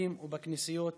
במסגדים ובכנסיות אלה.